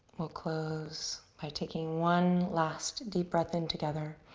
we'll close by taking one last deep breath in together.